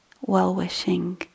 well-wishing